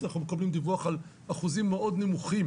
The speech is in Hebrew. אנחנו מקבלים דיווח על אחוזים מאוד נמוכים,